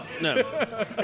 No